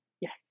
Yes